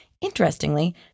Interestingly